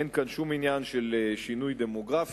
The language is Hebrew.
אין כאן שום עניין של שינוי דמוגרפי.